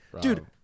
dude